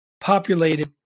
populated